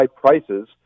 prices